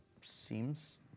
seems